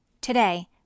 Today